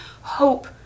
hope